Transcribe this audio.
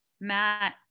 Matt